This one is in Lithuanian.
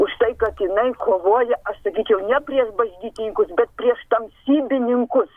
už tai kad jinai kovoja aš sakyčiau ne prieš bažnytininkus bet prieš tamsybininkus